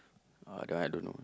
uh that one I don't know